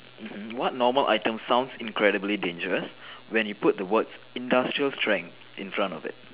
mm what normal item sounds incredibly dangerous when you put the words industrial strength in front of it